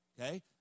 Okay